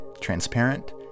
Transparent